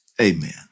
Amen